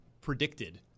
predicted